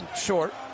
Short